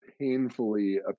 painfully